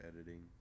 editing